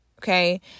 Okay